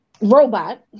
robot